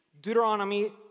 Deuteronomy